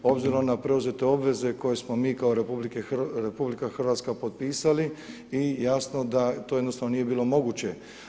Obzirom na preuzete obveze koje smo mi kao RH potpisali i jasno da to jednostavno to nije moguće.